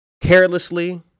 carelessly